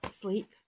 sleep